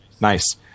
Nice